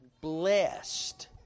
blessed